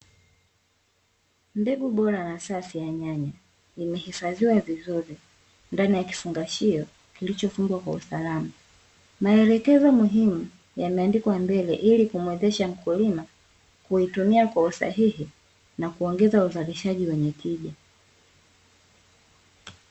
Mbegu bora na safi ya nyanya imehifadhiwa vizuri ndani ya kifungashio kilichofungwa kwa usalama, maelekezo muhimu yameandikwa mbele ili kuwezesha mkulima kuitumia kwa usahihi, na kuongeza uzalishaji wenye tija.